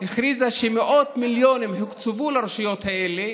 הכריזה שמאות מיליונים הוקצבו לרשויות אלה,